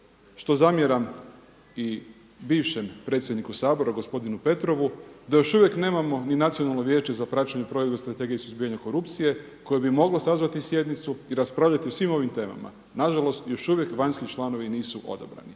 što zamjeram i bivšem predsjedniku Sabora gospodinu Petrovu da još uvijek nemamo ni Nacionalno vijeće za praćenje provedbe Strategije suzbijanja korupcije koje bi moglo sazvati sjednicu i raspravljati o svim ovim temama, nažalost još uvijek vanjski članovi nisu odabrani